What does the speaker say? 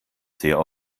sehr